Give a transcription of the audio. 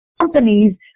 companies